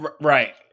Right